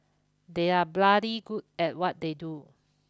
they are bloody good at what they do